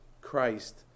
Christ